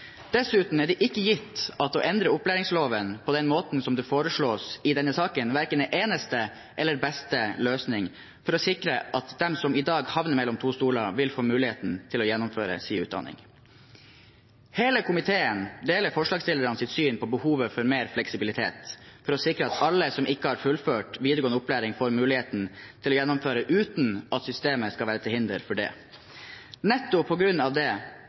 Dessuten er det ikke gitt at å endre opplæringsloven på den måten som det foreslås i denne saken, verken er eneste eller beste løsning for å sikre at de som i dag havner mellom to stoler, vil få muligheten til å gjennomføre sin utdanning. Hele komiteen deler forslagsstillernes syn på behovet for mer fleksibilitet for å sikre at alle som ikke har fullført videregående opplæring, får muligheten til å gjennomføre uten at systemet skal være til hinder for det. Nettopp på grunn av det